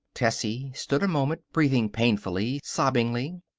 tessie stood a moment, breathing painfully, sobbingly.